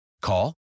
Call